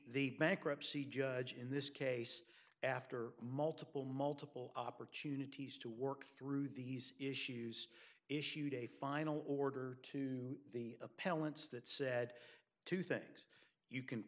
the bankruptcy judge in this case after multiple multiple opportunities to work through these issues issued a final order to the appellants that said two things you can